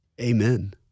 Amen